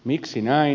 miksi näin